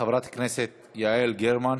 חברת הכנסת יעל גרמן.